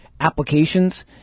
applications